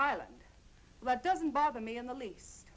island that doesn't bother me in the least